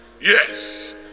Yes